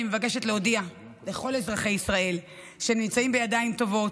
אני מבקשת להודיע לכל אזרחי ישראל שהם נמצאים בידיים טובות,